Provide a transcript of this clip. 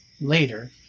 later